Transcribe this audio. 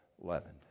leavened